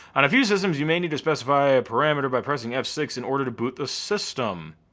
on a few systems you may need to specify a parameter by pressing f six in order to boot the system.